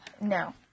No